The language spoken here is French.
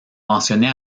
mentionnés